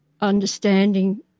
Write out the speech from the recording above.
understanding